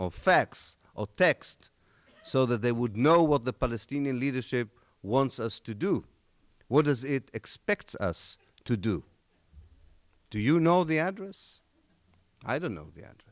fax or text so that they would know what the palestinian leadership wants us to do what does it expects us to do do you know the address i don't know that